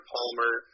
Palmer